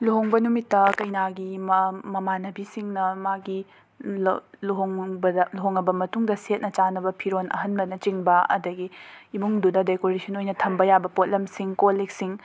ꯂꯨꯍꯣꯡꯕ ꯅꯨꯃꯤꯠꯇ ꯀꯩꯅꯥꯒꯤ ꯃ ꯃꯃꯥꯟꯅꯕꯤꯁꯤꯡꯅ ꯃꯥꯒꯤ ꯂ ꯂꯨꯍꯣꯡꯕꯗ ꯂꯨꯍꯣꯡꯉꯕ ꯃꯇꯨꯡꯗ ꯁꯦꯠꯅ ꯆꯥꯅꯕ ꯐꯤꯔꯣꯟ ꯑꯍꯟꯕꯅ ꯆꯤꯡꯕ ꯑꯗꯒꯤ ꯏꯃꯨꯡꯗꯨꯗ ꯗꯦꯀꯣꯔꯦꯁꯟ ꯑꯣꯏꯅ ꯊꯝꯕ ꯌꯥꯕ ꯄꯣꯠꯂꯝꯁꯤꯡ ꯀꯣꯜ ꯂꯤꯛꯁꯤꯡ